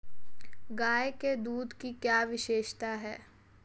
गाय के दूध की क्या विशेषता है?